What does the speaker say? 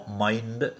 mind